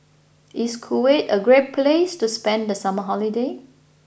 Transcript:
is Kuwait a great place to spend the summer holiday